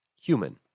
human